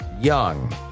Young